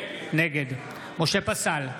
נגד משה פסל,